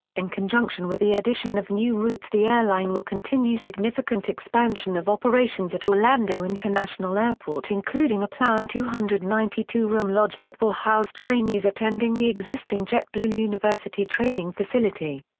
in conjunction with the addition of new routes the airline will continue significant expansion of operations at orlando international airport including a planned two hundred and ninety two room lodge that will house trainees attending the existing jetblue university training facility.